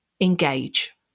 engage